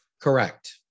Correct